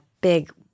big